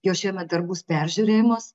jos šiemet dar bus peržiūrėjamos